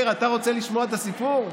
מאיר, אתה רוצה לשמוע את הסיפור?